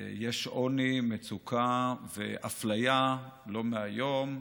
יש עוני, מצוקה ואפליה לא מהיום,